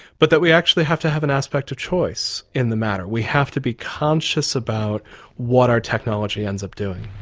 but that we actually have to have an aspect of choice in the matter. we have to be conscious about what our technology ends up doing.